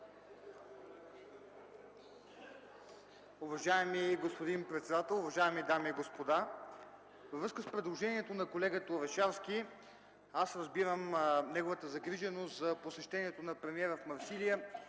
Уважаеми господин председател, уважаеми дами и господа! Във връзка с предложението на колегата Орешарски, аз разбирам неговата загриженост за посещението на премиера в Марсилия